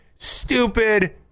Stupid